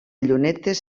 llunetes